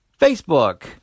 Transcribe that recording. Facebook